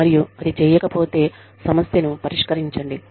మరియు అది చేయకపోతే సమస్యను పరిష్కరించండి